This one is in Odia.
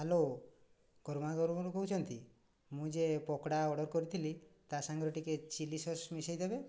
ହ୍ୟାଲୋ କର୍ମା ଗୌରୁ କହୁଛନ୍ତି ମୁଁ ଯେ ପକୋଡ଼ା ଅର୍ଡ଼ର କରିଥିଲି ତା' ସାଙ୍ଗରେ ଟିକେ ଚିଲ୍ଲି ସସ୍ ମିଶେଇଦେବେ